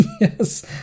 Yes